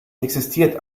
existieren